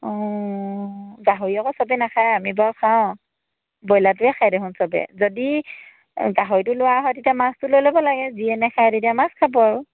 অঁ গাহৰি আকৌ সবে নাখায় আমি বাৰু খাওঁ ব্ৰইলাৰটোৱে খাই দেখোন সবে যদি গাহৰিটো লোৱা হয় তেতিয়া মাছটো লৈ ল'ব লাগে যিয়ে নাখায় তেতিয়া মাছ খাব আৰু